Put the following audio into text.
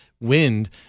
wind